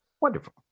Wonderful